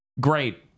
Great